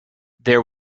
there